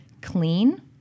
clean